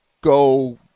go –